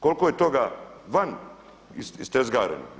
Koliko je toga van iztezgareno?